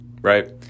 right